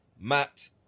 Matt